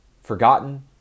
forgotten